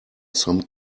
some